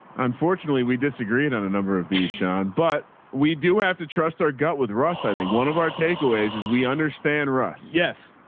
unfortunately we disagreed on a number of these sean, but we do have to trust our gut with ross. i think one of our takeaways is we understand russ. yes,